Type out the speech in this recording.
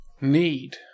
need